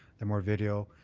and more video.